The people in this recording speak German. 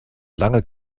lange